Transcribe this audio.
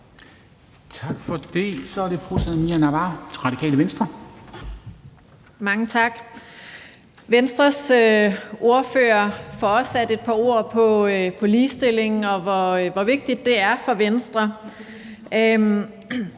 Mange tak. Venstres ordfører får også sat et par ord på ligestillingen, og hvor vigtigt det er for Venstre.